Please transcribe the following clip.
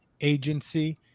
agency